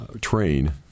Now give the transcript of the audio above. train